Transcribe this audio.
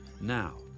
Now